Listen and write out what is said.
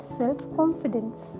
self-confidence